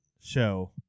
Show